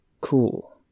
cool